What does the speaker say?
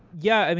yeah, and